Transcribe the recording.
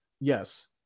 Yes